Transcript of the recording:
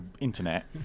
internet